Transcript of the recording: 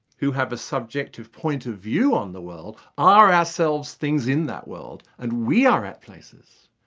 who have a subjective point of view on the world, are ourselves things in that world, and we are at places,